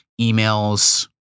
emails